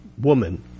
woman